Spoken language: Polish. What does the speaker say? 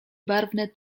barwne